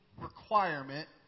requirement